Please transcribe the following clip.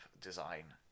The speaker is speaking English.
design